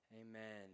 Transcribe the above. Amen